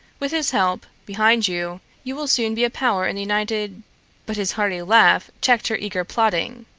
with his help behind you you will soon be a power in the united but his hearty laugh checked her eager plotting.